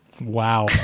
Wow